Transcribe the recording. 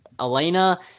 Elena